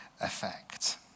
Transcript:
effect